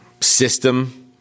system